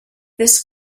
this